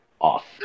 off